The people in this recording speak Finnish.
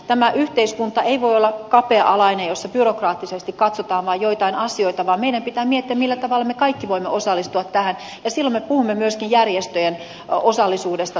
tämä yhteiskunta ei voi olla kapea alainen jossa byrokraattisesti katsotaan vaan joitain asioita vaan meidän pitää miettiä millä tavalla me kaikki voimme osallistua tähän ja silloin me puhumme myöskin järjestöjen osallisuudesta tähän työhön